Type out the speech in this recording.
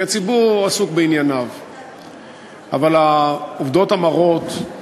להיכנס למדינת ישראל כאשר זה שירת את האינטרסים שלה,